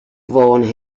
vaughan